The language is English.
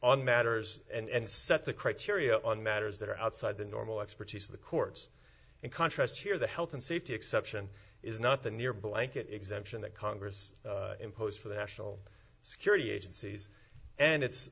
on matters and set the criteria on matters that are outside the normal expertise of the courts in contrast here the health and safety exception is not the near blanket exemption that congress imposed for the national security agencies and it's